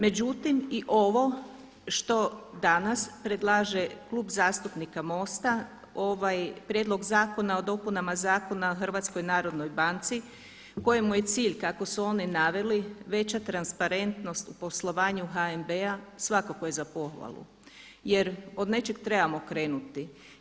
Međutim i ovo što danas predlaže Klub zastupnika MOST-a, ovaj Prijedlog zakona o dopunama Zakona o Hrvatskoj narodnoj banci kojemu je cilj kako su oni naveli veća transparentnost u poslovanju HNB-a, svakako je za pohvalu jer od nečeg trebamo krenuti.